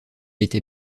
était